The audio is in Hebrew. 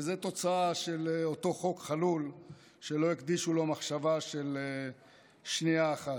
וזו תוצאה של אותו חוק חלול שלא הקדישו לו מחשבה של שנייה אחת.